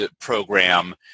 program